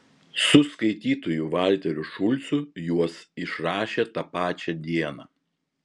su skaitytoju valteriu šulcu juos išrašė tą pačią dieną